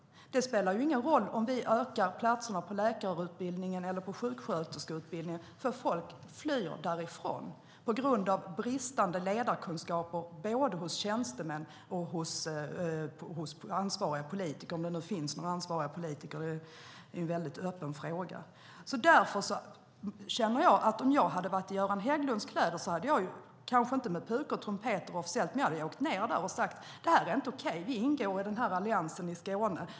Det spelar ingen roll om vi utökar platserna på läkarutbildningen eller sjuksköterskeutbildningen eftersom folk flyr därifrån på grund av bristande ledarkunskaper både hos tjänstemän och hos ansvariga politiker, om det nu finns några sådana - det är en öppen fråga. Om jag hade varit i Göran Hägglunds kläder hade jag, kanske inte officiellt med pukor och trumpeter, åkt ned dit och sagt att det inte är okej; vi ingår i Alliansen i Skåne.